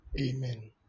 Amen